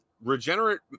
regenerate